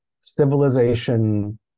civilization